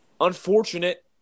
Unfortunate